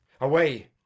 Away